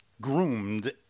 groomed